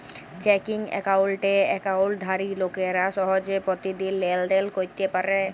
checking একাউল্টে একাউল্টধারি লোকেরা সহজে পতিদিল লেলদেল ক্যইরতে পারে